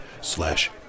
slash